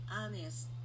honest